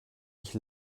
ich